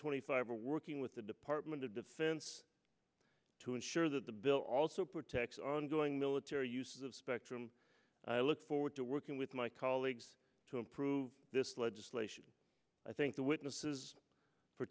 twenty five are working with the department of defense to ensure that the bill also protects our ongoing military use of spectrum i look forward to working with my colleagues to approve this legislation i think the witnesses for